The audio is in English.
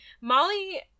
Molly